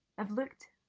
i've looked